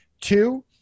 two